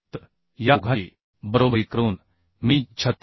तर या दोघांची बरोबरी करून मी 36